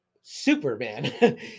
superman